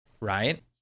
right